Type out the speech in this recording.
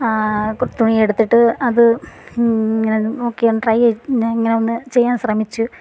തുണിയെടുത്തിട്ട് അത് നോക്കി ഞാൻ ട്രൈ ഇങ്ങനെ ഒന്ന് ചെയ്യാൻ ശ്രമിച്ചു